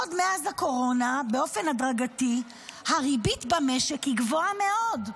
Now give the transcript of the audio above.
עוד מאז הקורונה באופן הדרגתי הריבית במשק היא גבוהה מאוד,